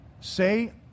Say